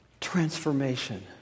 Transformation